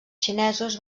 xinesos